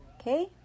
Okay